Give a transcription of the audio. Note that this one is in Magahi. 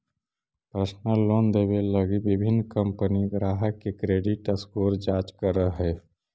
पर्सनल लोन देवे लगी विभिन्न कंपनि ग्राहक के क्रेडिट स्कोर जांच करऽ हइ